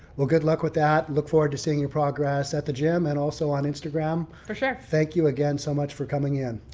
well, good luck with that. look forward to seeing your progress at the gym and also on instagram. for sure. thank you again so much for coming in.